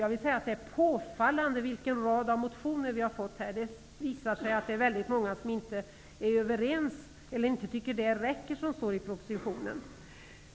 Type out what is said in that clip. Jag vill säga att det är påfallande vilken rad av motioner vi har fått. Det visar att väldigt många inte tycker att det som står i propositionen räcker.